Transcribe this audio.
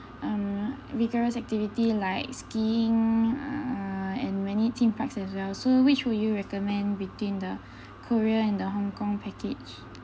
uh vigorous activity like skiing uh and many theme parks as well so which would you recommend between the korea and the Hong-Kong package